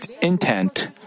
intent